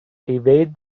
evade